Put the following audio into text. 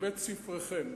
מבית-ספרכם,